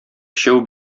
өчәү